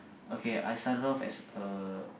okay I started off as a